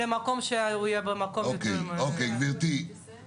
או ממועצה דתית